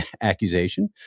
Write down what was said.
accusation